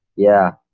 yeah,